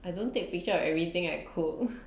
I don't take picture of everything at cook